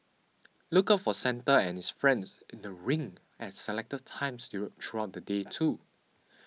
look out for Santa and his friends in the rink at selected times throughout the day too